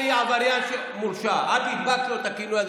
"עבריין מורשע"; את הדבקת לו את הכינוי הזה,